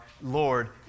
Lord